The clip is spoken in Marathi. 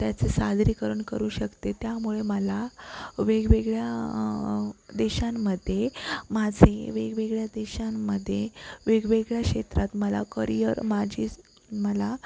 त्याचं सादरीकरण करू शकते त्यामुळे मला वेगवेगळ्या देशांमध्ये माझे वेगवेगळ्या देशांमध्ये वेगवेगळ्या क्षेत्रात मला करियर माझी मला